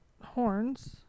horns